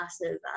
massive